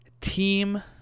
team